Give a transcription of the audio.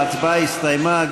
ההצבעה הסתיימה.